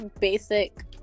basic